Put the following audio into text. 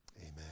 Amen